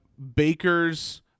baker's